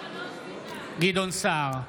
גדעון סער,